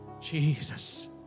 Jesus